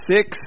Six